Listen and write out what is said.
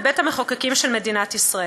בבית-המחוקקים של מדינת ישראל.